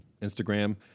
Instagram